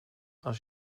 als